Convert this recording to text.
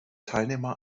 teilnehmer